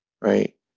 right